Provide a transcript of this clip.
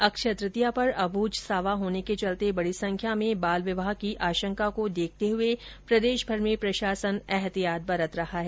अक्षय तृतीया पर अब्रझ सावा होने के चलते बडी संख्या में बाल विवाह की आंशका को देखते हुए प्रदेशभर में प्रशासन ऐहतियात बरत रहा है